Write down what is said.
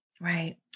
Right